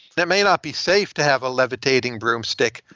that may not be safe to have a levitating broomstick,